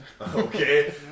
Okay